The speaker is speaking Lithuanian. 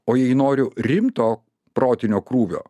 o jei noriu rimto protinio krūvio